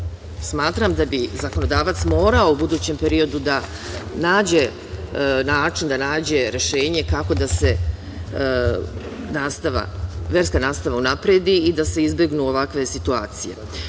smer. Smatram da bi zakonodavac morao u budućem periodu da nađe način da nađe rešenje kako da se verska nastava unapredi i da se izbegnu ovakve situacije.